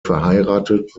verheiratet